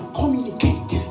communicate